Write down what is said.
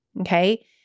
Okay